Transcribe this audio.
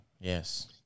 yes